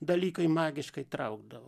dalykai magiškai traukdavo